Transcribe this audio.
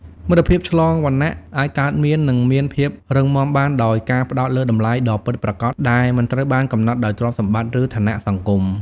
មិត្តភាពឆ្លងវណ្ណៈអាចកើតមាននិងមានភាពរឹងមាំបានដោយការផ្តោតលើតម្លៃដ៏ពិតប្រាកដដែលមិនត្រូវបានកំណត់ដោយទ្រព្យសម្បត្តិឬឋានៈសង្គម។